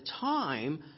time